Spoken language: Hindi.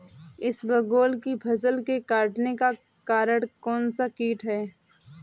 इसबगोल की फसल के कटने का कारण कौनसा कीट है?